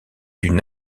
une